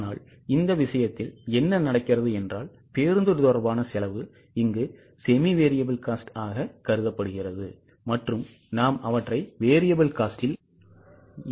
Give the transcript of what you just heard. ஆனால் இந்த விஷயத்தில் என்ன நடக்கிறது என்றால் பேருந்து தொடர்பான செலவு இங்கு semi variable cost ஆக கருதப்படுகிறது மற்றும் நாம் அவற்றை variable cost ல் சேர்க்கவில்லை